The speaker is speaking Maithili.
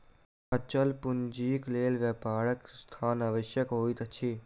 अचल पूंजीक लेल व्यापारक स्थान आवश्यक होइत अछि